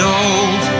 old